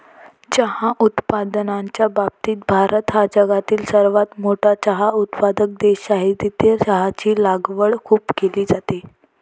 चहा उत्पादनाच्या बाबतीत भारत हा जगातील सर्वात मोठा चहा उत्पादक देश आहे, जिथे चहाची लागवड खूप केली जाते